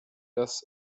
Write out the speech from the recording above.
das